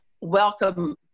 welcome